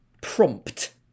prompt